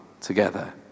together